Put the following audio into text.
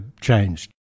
changed